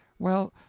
well,